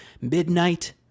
midnight